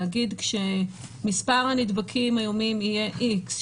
להגיד שכשמספר הנדבקים היומי יהיה X,